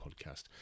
podcast